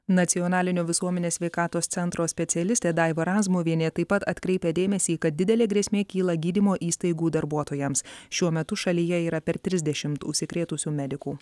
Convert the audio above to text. nacionalinio visuomenės sveikatos centro specialistė daiva razmuvienė taip pat atkreipė dėmesį kad didelė grėsmė kyla gydymo įstaigų darbuotojams šiuo metu šalyje yra per trisdešimt užsikrėtusių medikų